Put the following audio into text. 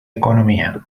economía